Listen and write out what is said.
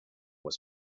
was